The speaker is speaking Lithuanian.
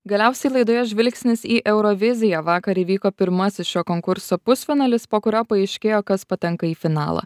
galiausiai laidoje žvilgsnis į euroviziją vakar įvyko pirmasis šio konkurso pusfinalis po kurio paaiškėjo kas patenka į finalą